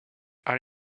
are